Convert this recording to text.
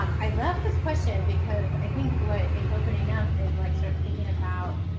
i love this question because i think what it's opening up is like sort of thinking about